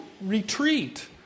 retreat